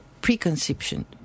Preconception